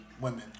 women